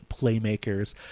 playmakers